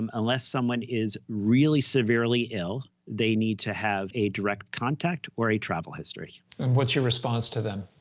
um unless someone is really severely ill, they need to have a direct contact or a travel history. smith and what's your response to them?